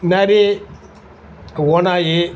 நரி ஓநாயி